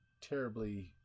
terribly